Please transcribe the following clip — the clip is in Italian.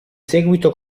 seguito